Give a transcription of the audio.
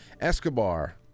Escobar